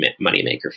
moneymaker